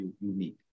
unique